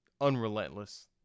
unrelentless